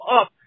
up